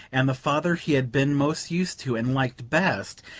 and the father he had been most used to, and liked best,